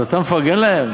אז אתה מפרגן להם?